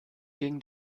ging